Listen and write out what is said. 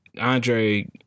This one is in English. Andre